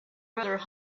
rather